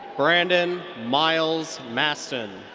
brandon miles masten.